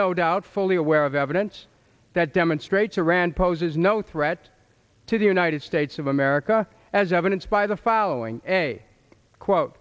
no doubt fully aware of evidence that demonstrates a rand poses no threat to the united states of america as evidenced by the following a quote